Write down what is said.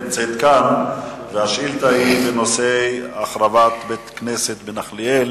2010): ביום רביעי בבוקר, 3 בפברואר 2010,